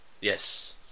Yes